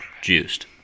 Juiced